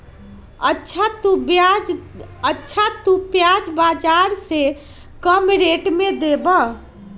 अच्छा तु प्याज बाजार से कम रेट में देबअ?